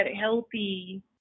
healthy